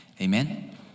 amen